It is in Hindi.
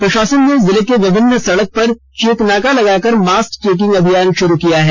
प्रशासन ने जिले के विभिन्न सड़कों पर चेक नाका लगाकर मास्क चेकिंग अभियान शुरु किया गया है